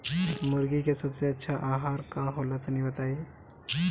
मुर्गी के सबसे अच्छा आहार का होला तनी बताई?